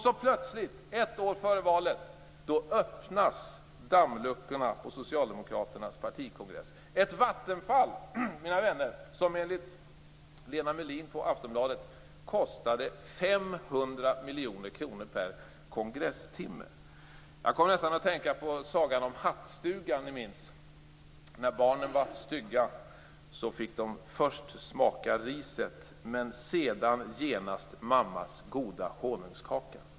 Så plötsligt ett år före valet öppnas dammluckorna på Socialdemokraternas partikongress. Ett vattenfall släpps loss, mina vänner, som enligt Lena Melin i Jag kommer att tänka på sagan om hattstugan, om ni minns den. När barnen hade varit stygga fick de först smaka riset och genast efteråt mammas goda honungskaka.